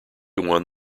won